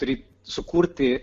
turi sukurti